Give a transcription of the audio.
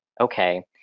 okay